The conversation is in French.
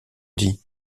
dis